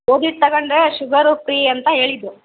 ಗೋಧಿ ಹಿಟ್ ತಗೊಂಡ್ರೆ ಶುಗರು ಫ್ರೀ ಅಂತ ಹೇಳಿದ್ರು